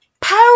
power